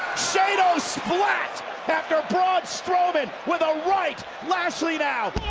shane splats after a broad stroman with a right lashley out.